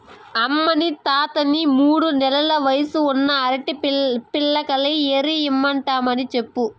అమ్మనీ తాతని మూడు నెల్ల వయసున్న అరటి పిలకల్ని ఏరి ఇమ్మంటినని చెప్పు